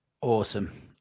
awesome